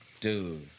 dude